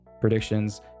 predictions